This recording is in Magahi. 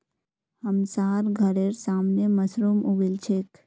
हमसार घरेर सामने मशरूम उगील छेक